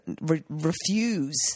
refuse